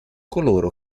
coloro